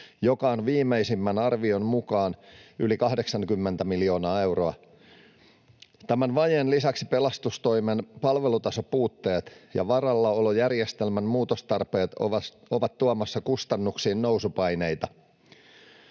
joka on viimeisimmän arvion mukaan yli 80 miljoonaa euroa. Tämän vajeen lisäksi pelastustoimen palvelutasopuutteet ja varallaolojärjestelmän muutostarpeet ovat tuomassa kustannuksiin nousupaineita.